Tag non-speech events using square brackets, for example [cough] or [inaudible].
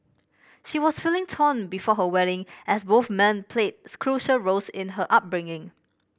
she was feeling torn before her wedding as both men played [unintelligible] crucial roles in her upbringing